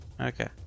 okay